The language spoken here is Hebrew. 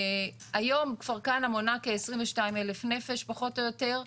היום כפר כנא מונה כ-22,000 נפש פחות או יותר,